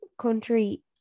country